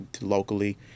locally